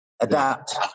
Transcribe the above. Adapt